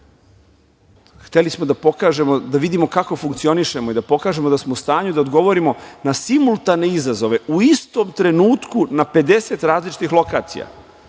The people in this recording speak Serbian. smo da pokažemo, da vidimo kako funkcionišemo i da pokažemo da smo u stanju da odgovorimo na simultane izazove, u istom trenutku na 50 različitih lokacija,